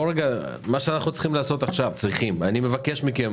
אני מבקש מכם